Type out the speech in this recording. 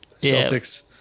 Celtics